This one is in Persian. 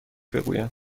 بگویم